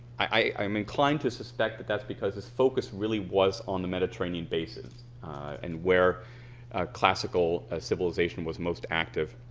i'm inclined to suspect that that's because his focus really was on the mediterranean basin and where classical ah civilization was most active.